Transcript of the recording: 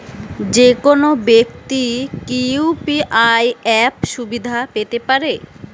যেকোনো ব্যাক্তি কি ইউ.পি.আই অ্যাপ সুবিধা পেতে পারে?